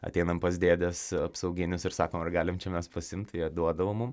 ateinam pas dėdes apsauginius ir sakom ar galim čia mes pasiimt tai jie duodavo mum